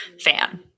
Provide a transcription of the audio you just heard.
fan